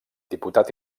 diputat